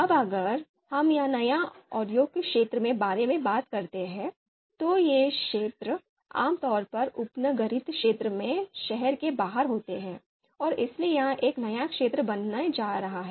अब अगर हम नए औद्योगिक क्षेत्र के बारे में बात करते हैं तो ये क्षेत्र आमतौर पर उपनगरीय क्षेत्र में शहर के बाहर होते हैं और इसलिए यह एक नया क्षेत्र बनने जा रहा है